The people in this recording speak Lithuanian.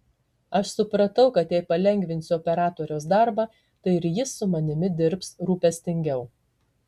aš supratau kad jei palengvinsiu operatoriaus darbą tai ir jis su manimi dirbs rūpestingiau